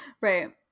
Right